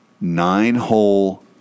nine-hole